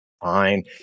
Fine